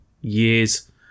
years